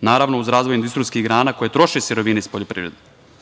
naravno uz razvoj industrijskih grana koje troše sirovine iz poljoprivrede. Koliko